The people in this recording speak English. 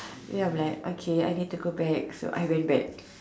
ya I am like okay I need to go back so I ran back